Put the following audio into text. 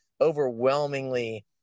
overwhelmingly